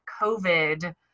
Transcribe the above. COVID